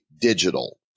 digital